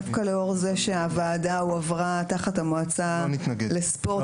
דווקא לאור זה שהוועדה הועברה תחת המועצה לספורט,